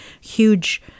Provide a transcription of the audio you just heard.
huge